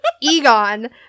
Egon